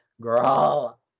Girl